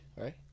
Right